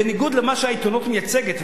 בניגוד למה שהעיתונות מייצגת,